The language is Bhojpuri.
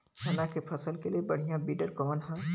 चना के फसल के लिए बढ़ियां विडर कवन ह?